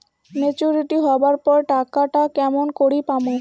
Maturity হবার পর টাকাটা কেমন করি পামু?